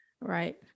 Right